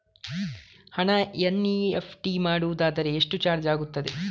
ಹಣ ಎನ್.ಇ.ಎಫ್.ಟಿ ಮಾಡುವುದಾದರೆ ಎಷ್ಟು ಚಾರ್ಜ್ ಆಗುತ್ತದೆ?